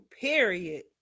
period